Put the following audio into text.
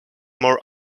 more